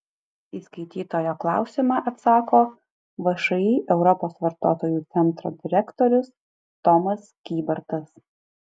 į skaitytojo klausimą atsako všį europos vartotojų centro direktorius tomas kybartas